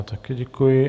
Také děkuji.